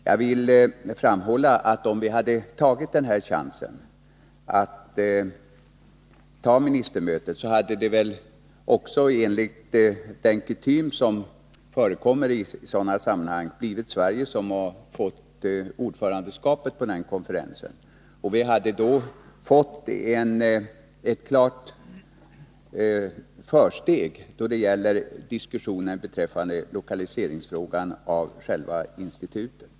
Jag vill framhålla att om vi hade tagit den här chansen att arrangera ministermötet, så hade det väl också, enligt den kutym som förekommer i sådana sammanhang, blivit Sverige som fått ordförandeskapet på konferensen. Vi hade då fått ett klart försteg i diskussionen beträffande lokaliseringen av själva institutet.